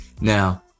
Now